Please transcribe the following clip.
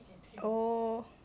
oh